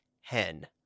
hen